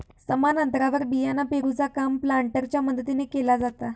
समान अंतरावर बियाणा पेरूचा काम प्लांटरच्या मदतीने केला जाता